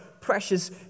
precious